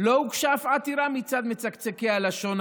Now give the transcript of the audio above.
לא הוגשה אף עתירה מצד מצקצקי הלשון,